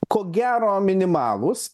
ko gero minimalūs